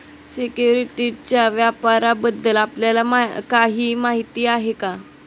सिक्युरिटीजच्या व्यापाराबद्दल आपल्याला काही माहिती आहे का?